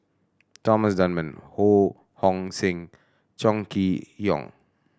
Thomas Dunman Ho Hong Sing Chong Kee Hiong